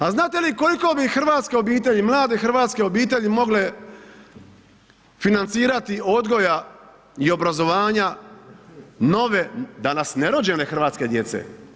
A znate li koliko bi hrvatske obitelji, mlade hrvatske obitelji mogle financirati odgoja i obrazovanja nove danas nerođene hrvatske djece?